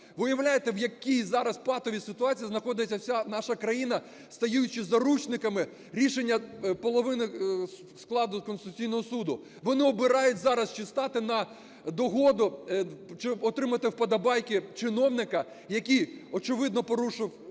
Ви уявляєте, в якій зараз патовій ситуації знаходиться вся наша країна, стаючи заручниками рішення половини складу Конституційного Суду. Вони обирають зараз чи стати на догоду, чи отримати вподобайки чиновника, який очевидно порушив